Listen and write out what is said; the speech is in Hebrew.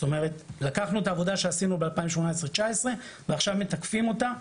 זאת אומרת לקחנו את העבודה שעשינו ב-2018-2019 ועכשיו מתקפים אותה.